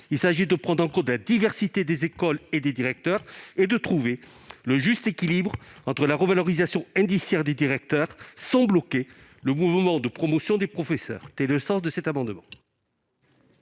Il s'agit de prendre en compte la diversité des écoles et des directeurs et de trouver un juste équilibre entre revalorisation indiciaire des directeurs et mouvement de promotion des professeurs, qu'il ne faudrait